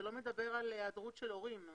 זה לא מדבר על היעדרות של הורים.